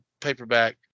paperback